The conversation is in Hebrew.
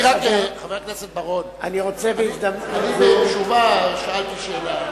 חבר הכנסת בר-און, אני שאלתי שאלה.